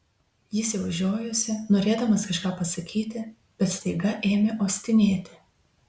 jis jau žiojosi norėdamas kažką pasakyti bet staiga ėmė uostinėti